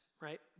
right